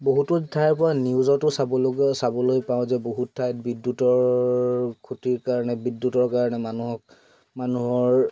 বহুতো ঠাইৰ পৰা নিউজতো চাবলগীয়া চাবলৈ পাওঁ যে বহুত ঠাইত বিদ্যুতৰ ক্ষতিৰ কাৰণে বিদ্যুতৰ কাৰণে মানুহক মানুহৰ